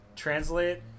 Translate